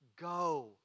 go